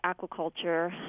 aquaculture